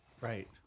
Right